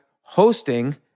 hosting